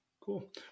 Cool